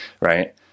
right